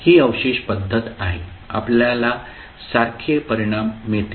ही अवशेष पद्धत आहे आपल्याला सारखे परिणाम मिळतील